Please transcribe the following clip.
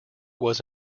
was